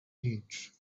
heat